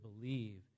believe